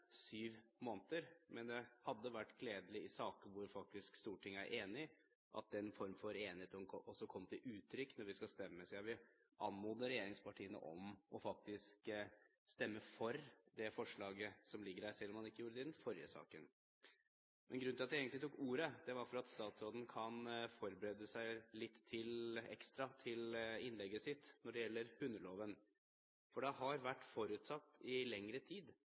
syv måneder, men det hadde vært gledelig i saker hvor Stortinget faktisk er enig, at den form for enighet også kom til uttrykk når vi skal stemme. Så jeg vil anmode regjeringspartiene om å stemme for det forslaget som ligger, selv om man ikke gjorde det i den forrige saken. Grunnen til at jeg egentlig tar ordet, er for at statsråden kan forberede seg litt ekstra til innlegget sitt når det gjelder hundeloven. Det har i lengre tid vært forutsatt